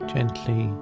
Gently